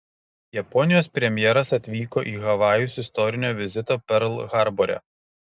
japonijos premjeras atvyko į havajus istorinio vizito perl harbore